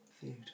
food